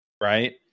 right